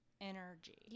energy